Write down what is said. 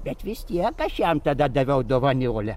bet vis tiek aš jam tada daviau dovaniolę